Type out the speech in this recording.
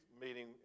meeting